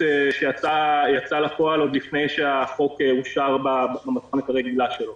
שיצאה לפועל עוד לפני שהחוק אושר במתכונת הרגילה שלו.